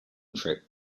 trip